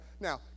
Now